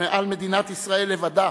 מעל מדינת ישראל לבדה,